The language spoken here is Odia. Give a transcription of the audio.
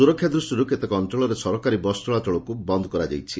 ସୁରକ୍ଷା ଦୃଷ୍ଷିରୁ କେତେକ ଅଞ୍ଞଳରେ ସରକାରୀ ବସ୍ ଚଳାଚଳକୁ ବନ୍ଦ ରଖାଯାଇଛି